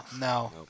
No